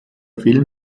film